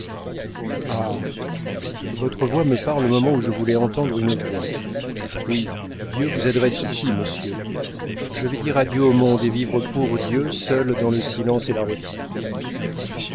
votre voix me parle au moment où je voulais entendre une voix oui dieu vous adresse ici monsieur je vais dire adieu au monde et vivre pour dieu seul dans le silence et la retraite